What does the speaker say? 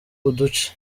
uduce